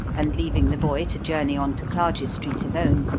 and leaving the boy to journey on to clarges street alone,